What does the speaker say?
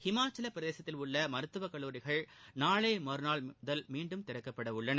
ஹிமாச்சல பிரதேசத்தில் உள்ள மருத்துவக் கல்லூரிகள் நாளை மறுநாள் முதல் மீண்டும் திறக்கப்பட உள்ளன